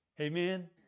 Amen